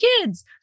kids